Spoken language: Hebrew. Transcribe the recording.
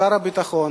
שר הביטחון,